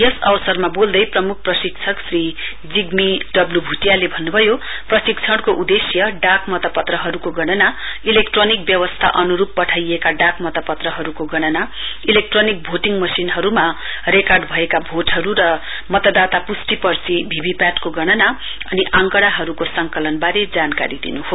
यस अवसरमा बोल्दै प्रमुख प्रशिक्षक श्री जिग्मी ड्व्लु भुटियाले भन्नुभयो प्रशिक्षणको उदेश्य डाकमतपत्रहरूको गणना इलेक्ट्रोनिक व्यवस्था अनुरूप पठाइएको डाकमत पत्रहरूको गणना इलेक्ट्रोनिक भोटिङ मशिनहरूमा रेकर्ड भएका भोटहरू र मतदाता पुष्टि पर्ची भी भी पेट को गणना अनि आंकडाहरूको संकलनबारे जानकारी दिनु हो